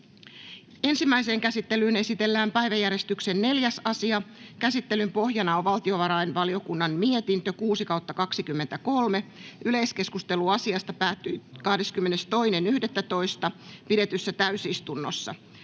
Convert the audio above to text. Ensimmäiseen käsittelyyn esitellään päiväjärjestyksen 4. asia. Käsittelyn pohjana on valtiovarainvaliokunnan mietintö VaVM 6/2023 vp. Yleiskeskustelu asiasta päättyi 22.11.2023 pidetyssä täysistunnossa.